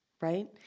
right